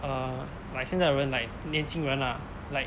err like 现在的人 like 年轻人啊 like